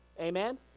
Amen